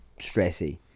stressy